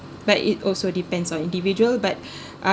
but it also depends on individual but uh